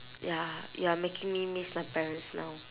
ya you're making me miss my parents now